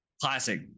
Classic